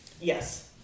Yes